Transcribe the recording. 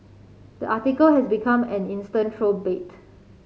the article has become an instant troll bait